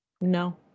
No